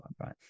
Right